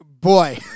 boy